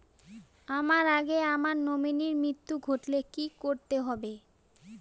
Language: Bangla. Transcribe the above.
আমার আগে আমার নমিনীর মৃত্যু ঘটলে কি করতে হবে?